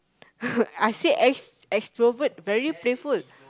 I said ex~ extrovert very playful